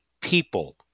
people